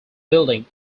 building